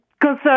Concern